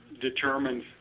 determined